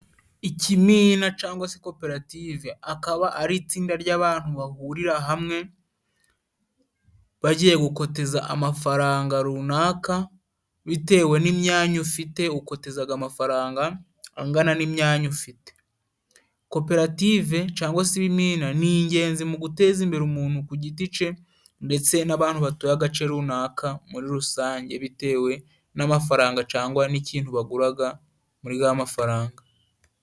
Ikimina cangwa se koperative akaba ari itsinda ry'abantu bahurira hamwe bagiye gukoteza amafaranga runaka bitewe n'imyanya ufite ukotezaga amafaranga angana n'imyanya ufite koperative cangwa se ibimina ni ingenzi mu guteza imbere umuntu ku giti ce ndetse n'abantu batuye agace runaka muri rusange bitewe n'amafaranga cangwa n'ikintu baguraga muri gamafaranga.